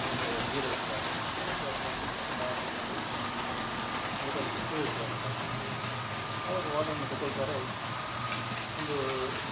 ಅಥವಾ ಗೀ ರೈಸೋ ಏನಾಕ್ಕಾದ್ರೂ ಒಂದು ಆರ್ಡ್ರ್ ಮಾಡಿ ಹೋಟೆಲ್ಲಿಗೆ ತಿಳಿಸುವಂಥದ್ದು ಅವರು ಆರ್ಡ್ರನ್ನು ತೆಗೊಳ್ತಾರೆ ಒಂದು